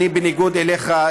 בניגוד אליך,